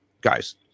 Guys